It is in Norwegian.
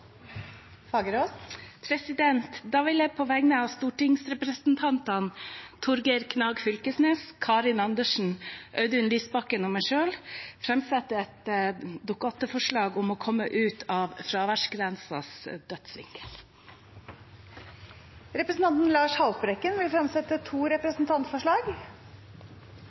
Fagerås vil fremsette et representantforslag. Jeg vil på vegne av stortingsrepresentantene Torgeir Knag Fylkesnes, Karin Andersen, Audun Lysbakken og meg selv framsette et Dokument8-forslag om å komme ut av fraværsgrensens dødvinkel. Representanten Lars Haltbrekken vil fremsette to representantforslag.